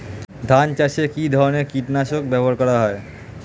ধান চাষে কী ধরনের কীট নাশক ব্যাবহার করা হয়?